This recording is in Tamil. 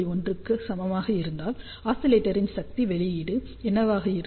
1 க்கு சமமாக இருந்தால் ஆஸிலேட்டரின் சக்தி வெளியீடு என்னவாக இருக்கும்